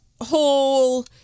whole